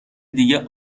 دیگه